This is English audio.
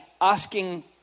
asking